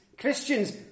Christians